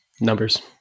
Numbers